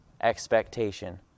expectation